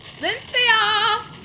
cynthia